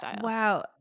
Wow